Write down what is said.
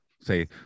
say